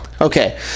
Okay